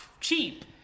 cheap